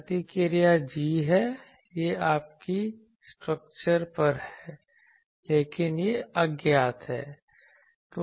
प्रतिक्रिया g है यह आपकी स्ट्रक्चर पर है लेकिन यह अज्ञात है